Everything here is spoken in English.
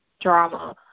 drama